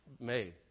made